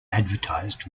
advertised